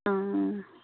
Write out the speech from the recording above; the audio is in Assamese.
অঁ